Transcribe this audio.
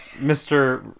Mr